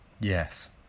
yes